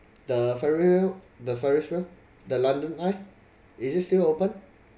the ferri wheel the ferris wheel the london eye is it still open